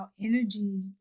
energy